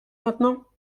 maintenant